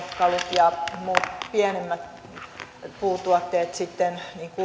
ja muut pienemmät puutuotteet sitten